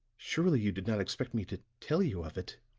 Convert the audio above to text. surely you did not expect me to tell you of it.